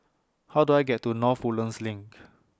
How Do I get to North Woodlands LINK